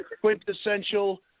quintessential